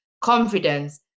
confidence